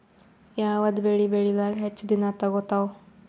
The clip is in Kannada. ಯಾವದ ಬೆಳಿ ಬೇಳಿಲಾಕ ಹೆಚ್ಚ ದಿನಾ ತೋಗತ್ತಾವ?